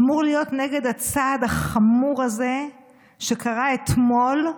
אמור להיות נגד הצעד החמור הזה שקרה אתמול,